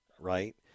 right